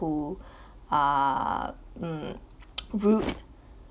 who are mm rude